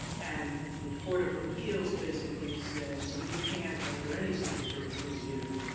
and the court of appeals basically said, we can't under any standard of review